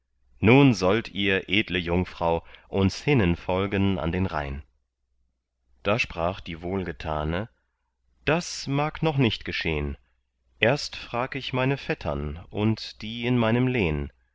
nun sollt ihr edle jungfrau uns hinnen folgen an den rhein da sprach die wohlgetane das mag noch nicht geschehn erst frag ich meine vettern und die in meinem lehn